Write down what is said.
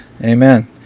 Amen